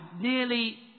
nearly